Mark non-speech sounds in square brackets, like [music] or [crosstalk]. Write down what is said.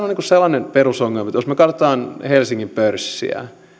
[unintelligible] on sellainen perusongelma että jos me katsomme helsingin pörssiä